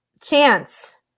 chance